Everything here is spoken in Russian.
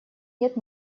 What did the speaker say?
нет